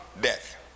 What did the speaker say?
death